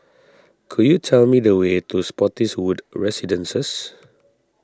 could you tell me the way to Spottiswoode Residences